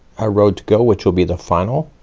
ah row to go, which will be the final,